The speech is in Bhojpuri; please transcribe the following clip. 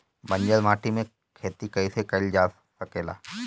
बंजर माटी में खेती कईसे कईल जा सकेला?